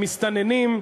המסתננים,